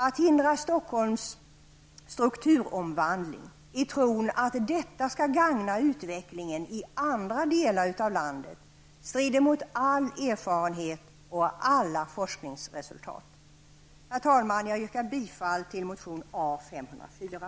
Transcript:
Att hindra Stockholms strukturomvandling i tron att detta skall gagna utvecklingen i andra delar av landet strider mot all erfarenhet och alla forskningsresultat. Herr talman! Jag yrkar bifall till motion A504.